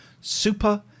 Super